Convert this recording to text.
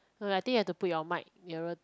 no lah I think you have to put your mic nearer